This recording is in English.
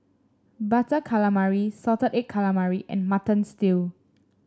Butter Calamari Salted Egg Calamari and Mutton Stew